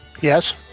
Yes